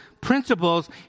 principles